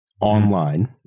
online